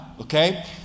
Okay